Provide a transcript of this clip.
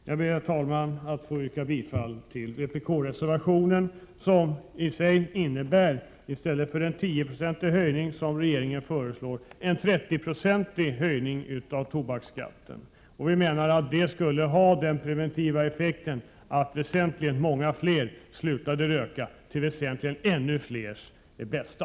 Jag ber, herr talman, att få yrka bifall till vpk-reservationen, som i sig skulle innebära i stället för en 10-procentig höjning av tobaksskatten, som regeringen föreslår, en 30-procentig höjning. Vi menar att detta skulle ha en preventiv effekt. Många fler skulle sluta röka, till ännu fler människors bästa.